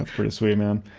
ah pretty sweet man.